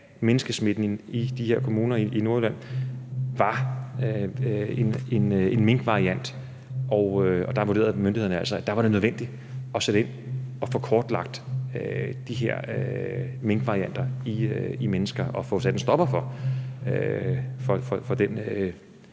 menneskesmitten i de her kommuner i Nordjylland var en minkvariant. Og der vurderede myndighederne altså, at det var nødvendigt at sætte ind og få kortlagt de her minkvarianter i mennesker og få sat en stopper for den